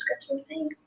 description